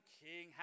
king